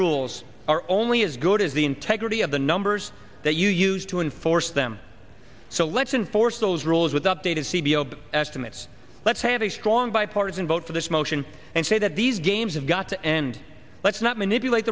rules are only as good as the integrity of the numbers that you use to enforce them so let's enforce those rules with updated see below estimates let's have a strong bipartisan vote for this motion and say that these games have got to end let's not manipulate